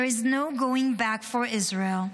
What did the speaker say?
There is no going back for Israel.